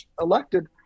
elected